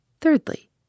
Thirdly